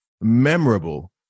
memorable